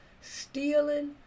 Stealing